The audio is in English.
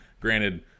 granted